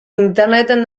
interneten